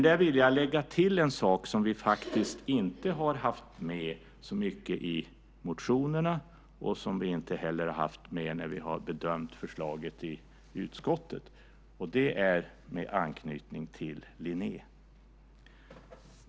Där vill jag dock lägga till en sak som vi faktiskt inte har haft med så mycket i motionerna eller när vi bedömt förslaget i utskottet, och det är det som har anknytning till Linné.